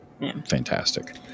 fantastic